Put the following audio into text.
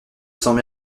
cents